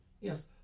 Yes